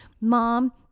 mom